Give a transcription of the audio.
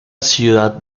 ciudad